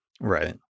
Right